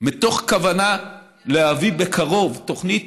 מתוך כוונה להביא בקרוב תוכנית